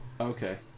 Okay